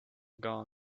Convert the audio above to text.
gone